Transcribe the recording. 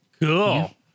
Cool